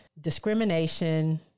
discrimination